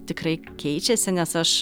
tikrai keičiasi nes aš